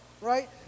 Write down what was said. Right